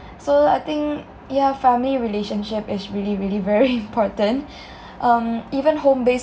so I think yah family relationship is really really very important um even home base